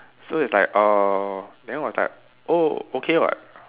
so it's like uh then was like oh okay [what]